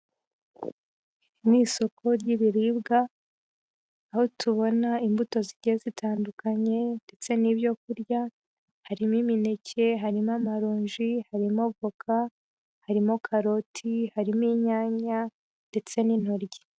Ni isoko ry'ibiribwa, aho tubona imbuto zigiye zitandukanye ndetse n'ibyo kurya harimo imineke, harimo amaronji, harimo avoka, harimo karoti, harimo inyanya ndetse n'intoryi.